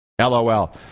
lol